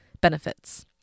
benefits